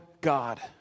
God